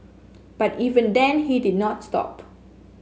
but even then he did not stop